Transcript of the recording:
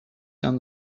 down